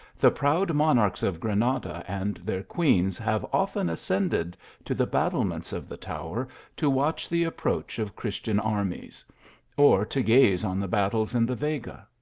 the proud monarchs of granada and their queens have often ascended to the battlements of the tower to watch the approach of christian armies or to gaze on the battles in the vega.